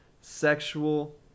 sexual